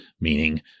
meaning